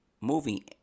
moving